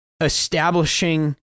establishing